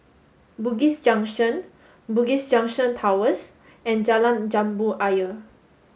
Bugis Junction Bugis Junction Towers and Jalan Jambu Ayer